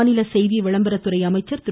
மாநில செய்தி விளம்பரத்துறை அமைச்சர் திரு